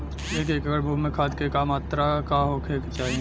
एक एकड़ भूमि में खाद के का मात्रा का होखे के चाही?